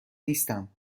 نیستم